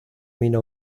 mina